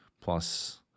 plus